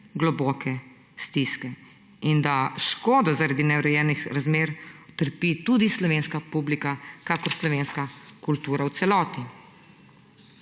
globoke stiske in da škodo zaradi neurejenih razmer trpi tudi slovenska publika kakor slovenska kultura v celoti.